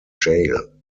jail